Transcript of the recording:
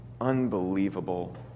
unbelievable